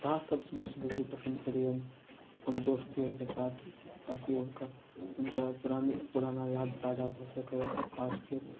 तास सबसँ बेसी बुजुर्ग पसन्द करैए अपन दोस्त यारके साथ ताकि हुनकर हुनका पुराना पुराना याद ताजा भऽ सकै तासके